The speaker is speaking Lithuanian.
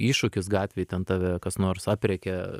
iššūkis gatvėj ten tave kas nors aprėkė